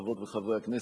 חברות וחברי הכנסת,